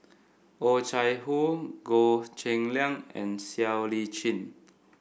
Oh Chai Hoo Goh Cheng Liang and Siow Lee Chin